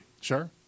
Sure